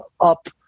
up